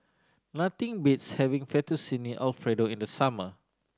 nothing beats having Fettuccine Alfredo in the summer